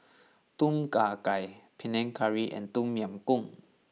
Tom Kha Gai Panang Curry and Tom Yam Goong